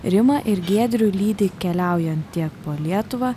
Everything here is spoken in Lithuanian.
rimą ir giedrių lydi keliaujant tiek po lietuvą